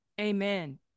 Amen